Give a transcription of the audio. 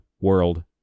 world